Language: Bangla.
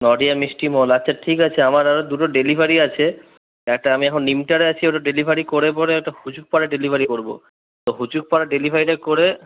নদিয়ার মিষ্টিমহল আচ্ছা ঠিক আছে আমার আরও দুটো ডেলিভারি আছে একটা আমি এখন নিমটারে আছি ওটার ডেলিভারি করে পরে হুচুকপাড়া ডেলিভারি করবো তো হুচুকপাড়া ডেলিভারিটা করে